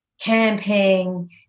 camping